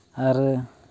ᱟᱨ